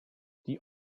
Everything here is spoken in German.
die